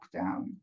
lockdown